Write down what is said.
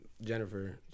Jennifer